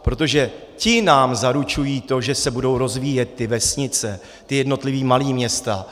Protože ti nám zaručují to, že se budou rozvíjet ty vesnice, ta jednotlivá malá města.